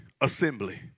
assembly